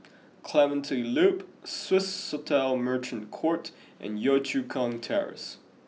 Clementi Loop Swissotel Merchant Court and Yio Chu Kang Terrace